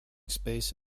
space